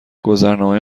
گذرنامه